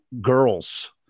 girls